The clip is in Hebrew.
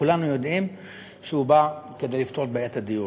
כולנו יודעים שהוא בא כדי לפתור את בעיית הדיור.